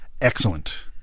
Excellent